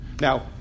Now